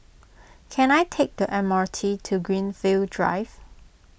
can I take the M R T to Greenfield Drive